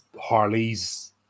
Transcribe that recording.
Harley's